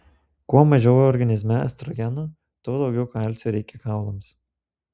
kuo mažiau organizme estrogeno tuo daugiau kalcio reikia kaulams